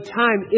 time